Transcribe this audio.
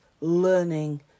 learning